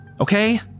okay